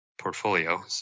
portfolio